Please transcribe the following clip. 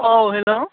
औ हेल्ल'